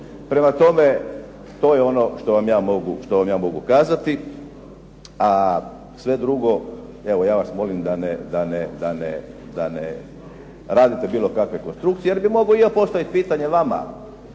Prema tome, to je ono što vam ja mogu kazati. A sve drugo, evo ja vas molim da ne radite bilo kakve konstrukcije, jer bih mogao i ja postaviti pitanje vama